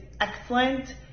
excellent